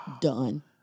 done